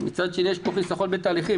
מצד שני, יש פה חיסכון בתהליכים.